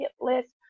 list